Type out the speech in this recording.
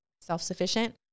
self-sufficient